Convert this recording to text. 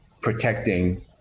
protecting